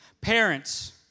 Parents